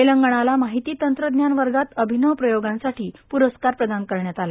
तेलंगणाला माहिती तंत्रज्ञान वर्गात अभिनव प्रयोगांसाठी पुरस्कार प्रदान करण्यात आला